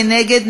מי נגד?